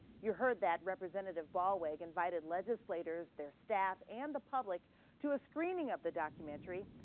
you heard that representative ballweg invited legislators, their staff and the public to a screening of the documentary,